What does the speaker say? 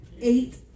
Eight